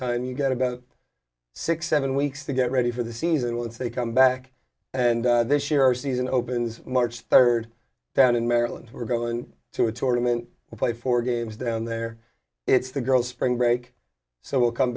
and you get about six seven weeks to get ready for the season once they come back and this year our season opens march third down in maryland we're going to a tournament play four games down there it's the girls spring break so we'll come